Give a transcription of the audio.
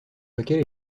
lequel